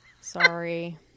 Sorry